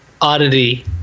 oddity